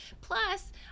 Plus